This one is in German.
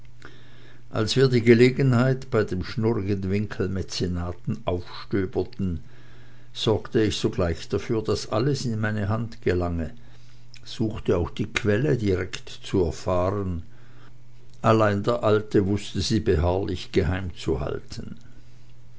als wir die gelegenheit bei dem schnurrigen winkelmäzenaten aufstöberten sorgte ich sogleich dafür daß alles in meine hand gelange suchte auch die quelle direkt zu erfahren allein der alte wußte sie beharrlich geheimzuhalten